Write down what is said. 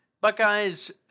Buckeyes